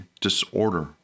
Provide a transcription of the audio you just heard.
disorder